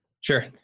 Sure